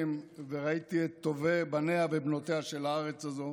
וראיתי את טובי בניה ובנותיה של הארץ הזו.